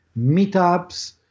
meetups